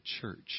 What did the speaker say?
church